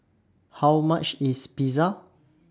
How much IS Pizza